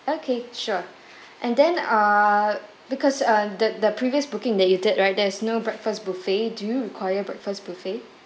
okay sure and then err because uh the the previous booking that you did right there's no breakfast buffet do you require breakfast buffet